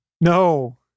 No